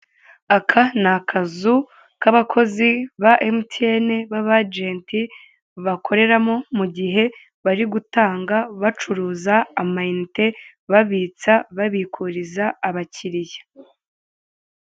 Aka ni akazu k'abakozi ba Emutiyene, b'aba ajenti, bakorera mo mu gihe bari gutanga, bacuruza amayinite, babitsa, babikuriza abakiriya.